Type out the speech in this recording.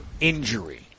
injury